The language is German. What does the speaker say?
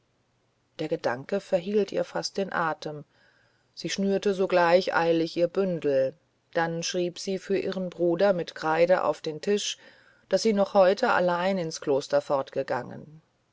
der gedanke verhielt ihr fast den atem sie schnürte sogleich eilig ihr bündel dann schrieb sie für ihren bruder mit kreide auf den tisch daß sie noch heute allein ins kloster fortgegangen